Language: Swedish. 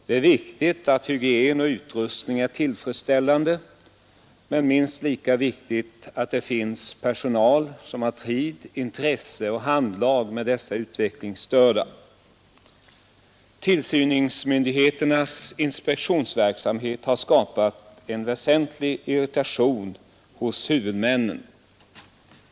Det är viktigt att hygien och utrustning är tillfredsställande. Det är minst lika viktigt att det finns personal som har tid och intresse för och handlag med dessa utvecklingsstörda. Tillsynsmyndigheternas inspektionsverksamhet har skapat avsevärd irritation hos huvudmännen.